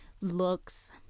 looks